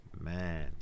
man